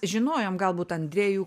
žinojom galbūt andrejų